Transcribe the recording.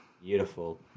Beautiful